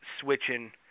switching